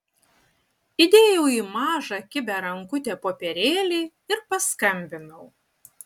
įdėjau į mažą kibią rankutę popierėlį ir paskambinau